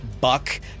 Buck